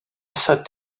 said